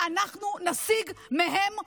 ואנחנו נשיג מהם מודיעין,